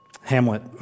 Hamlet